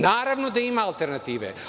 Naravno da ima alternative.